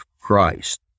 Christ